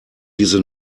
diese